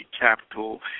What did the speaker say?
capital